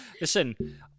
listen